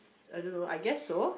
I don't know I guess so